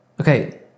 Okay